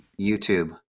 YouTube